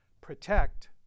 protect